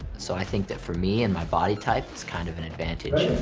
so i think that for me and my body type, it's kind of an advantage.